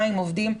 מים ועובדים,